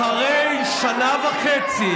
אחרי שנה וחצי